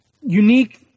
Unique